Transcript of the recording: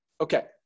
Okay